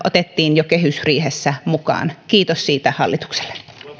otettiin jo kehysriihessä mukaan kiitos siitä hallitukselle